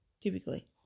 typically